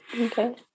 Okay